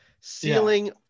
Ceiling